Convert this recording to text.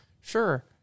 Sure